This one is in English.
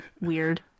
weird